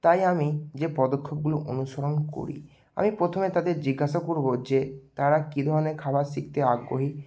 তাই আমি যে পদক্ষেপগুলো অনুসরণ করি আমি প্রথমে তাদের জিজ্ঞাসা করবো যে তারা কী ধরনের খাবার শিখতে আগ্রহী